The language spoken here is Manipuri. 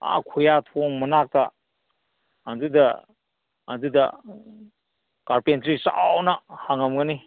ꯑꯥ ꯈꯨꯌꯥꯊꯣꯡ ꯃꯅꯥꯛꯇ ꯑꯗꯨꯗ ꯑꯗꯨꯗ ꯀꯥꯔꯄꯦꯟꯇ꯭ꯔꯤ ꯆꯥꯎꯅ ꯍꯥꯡꯂꯝꯒꯅꯤ